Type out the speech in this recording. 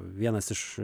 vienas iš